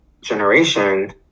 Generation